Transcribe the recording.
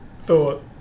thought